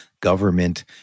government